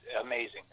amazing